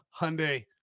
Hyundai